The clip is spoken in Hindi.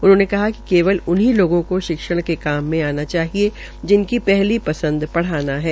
उन्होंने कहा कि केवल उन्हीं लोगों को शिक्षण के काम में आना चाहिए शिनकी पहली पंसद पढ़ाना है